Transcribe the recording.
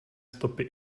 stopy